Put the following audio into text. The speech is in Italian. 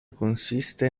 consiste